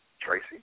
Tracy